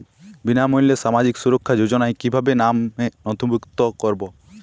বিনামূল্যে সামাজিক সুরক্ষা যোজনায় কিভাবে নামে নথিভুক্ত করবো?